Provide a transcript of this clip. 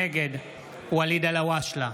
נגד ואליד אלהואשלה,